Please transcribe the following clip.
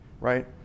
right